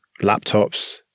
laptops